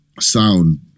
sound